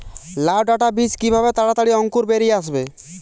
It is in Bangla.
লাউ ডাটা বীজ কিভাবে তাড়াতাড়ি অঙ্কুর বেরিয়ে আসবে?